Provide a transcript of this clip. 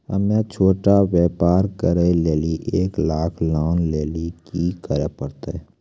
हम्मय छोटा व्यापार करे लेली एक लाख लोन लेली की करे परतै?